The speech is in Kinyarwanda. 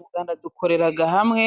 Mu Rwanda dukorera hamwe